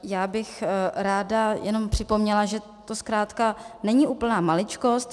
Já bych ráda jenom připomněla, že to zkrátka není úplná maličkost.